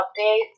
update